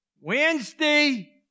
Wednesday